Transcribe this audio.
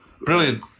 Brilliant